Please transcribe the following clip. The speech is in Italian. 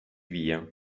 via